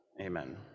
Amen